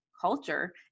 culture